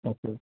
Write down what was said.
okay